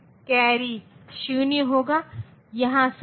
तो 110111 यह प्रतिनिधित्व है 55 का